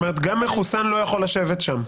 גם אדם מחוסן לא יכול לשבת שם.